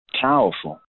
Powerful